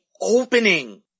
opening